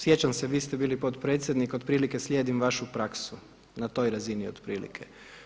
Sjećam se vi ste bili potpredsjednik otprilike slijedim vašu praksu, na toj razini otprilike.